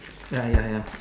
ya ya ya